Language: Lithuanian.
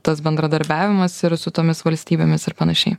tas bendradarbiavimas su tomis valstybėmis ir panašiai